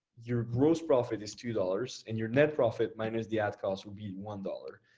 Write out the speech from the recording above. your gross profit is two dollars. and your net profit minus the ad cost will be one dollars.